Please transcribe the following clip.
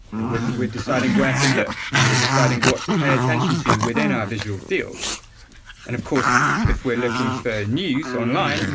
and we're we're deciding where to look, we're deciding what to pay attention to within our visual field. and of course, if we're looking for news online,